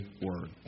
word